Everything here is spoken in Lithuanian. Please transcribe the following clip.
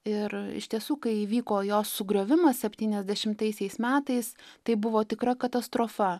ir iš tiesų kai įvyko jos sugriovimas septyniasdešimtaisiais metais tai buvo tikra katastrofa